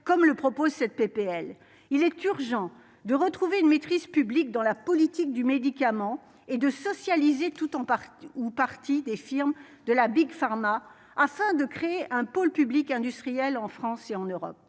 comme le propose cette PPL il est urgent de retrouver une maîtrise publique dans la politique du médicament et de socialiser tout en partie ou partie des firmes de la Big Pharma afin de créer un pôle public industriel en France et en Europe,